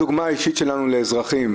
איזה דוגמה אישית אנחנו נותנים לאזרחים?